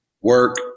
work